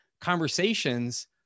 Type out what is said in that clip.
conversations